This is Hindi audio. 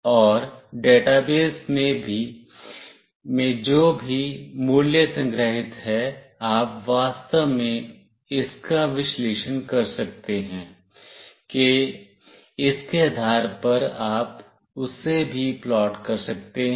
और डेटाबेस में जो भी मूल्य संग्रहीत है आप वास्तव में इसका विश्लेषण कर सकते हैं कि इसके आधार पर आप उसे भी प्लॉट कर सकते हैं